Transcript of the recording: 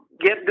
get